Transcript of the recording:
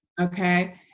Okay